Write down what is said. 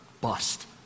bust